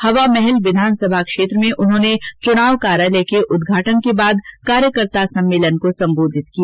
हवामहल विधानसभा क्षेत्र में उन्होंने चुनाव कार्यालय के उदघाटन के बाद कार्यकर्ता सम्मेलन को संबोधित किया